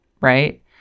Right